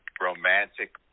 romantic